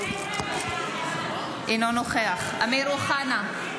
אינו נוכח אמיר אוחנה,